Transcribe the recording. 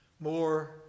more